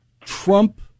Trump